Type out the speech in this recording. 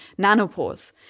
nanopores